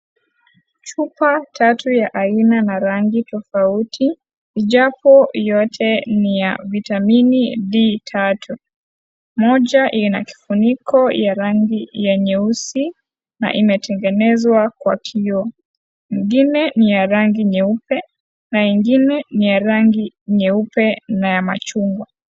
Chupa tatu ya aina na rangi tofauti japo yote ni ya vitamini D3 moja ina kifuniko ya rangi ya nyeusi na imetengenezwa kwa kioo ingine ni ya rangi nyeupe na ingine ni ya rangi nyeupe na chungwa .